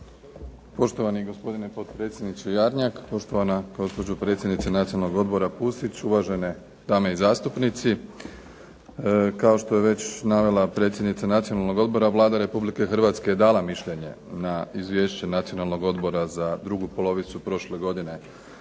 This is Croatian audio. Poštovani gospodine potpredsjedniče Jarnjak, poštovana gospođo potpredsjednice Nacionalnog odbora Pusić, uvažene dame i zastupnici. Kao što je već navela predsjednica Nacionalnog odbora, Vlada Republike Hrvatske je dala mišljenje na izvješće Nacionalnog odbora za drugu polovicu prošle godine,